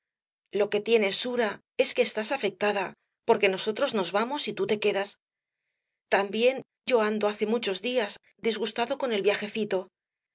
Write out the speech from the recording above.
lo que tienes sura es que estás afectada porque nosotros nos vamos y tú te quedas también yo ando hace muchos días disgustado con el viajecito